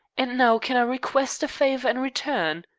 and now, can i request a favor in return?